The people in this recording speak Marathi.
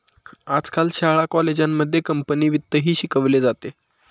आजकाल शाळा कॉलेजांमध्ये कंपनी वित्तही शिकवले जाते